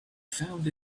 found